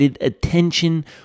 attention